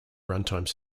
runtime